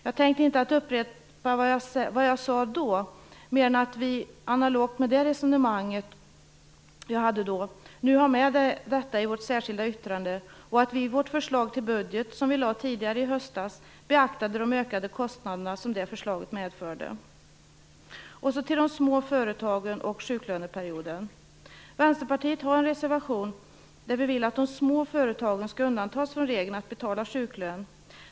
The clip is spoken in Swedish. Jag tänker inte upprepa vad jag sade då mer än att vi analogt med det resonemanget har med det i vårt särskilda yttrande och att vi i vårt förslag till budget tidigare i höstas beaktade de ökade kostnader som det förslaget medförde. Så till de små företagen och sjuklöneperioden. Vänsterpartiet har en reservation där vi vill att de små företagen skall undantas från regeln att betala sjuklön.